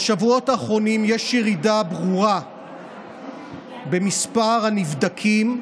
בשבועות האחרונים יש ירידה ברורה במספר הנבדקים,